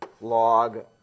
log